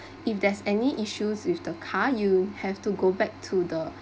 if there's any issues with the car you have to go back to the